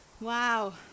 Wow